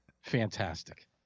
Fantastic